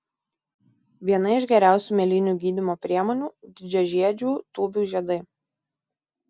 viena iš geriausių mėlynių gydymo priemonių didžiažiedžių tūbių žiedai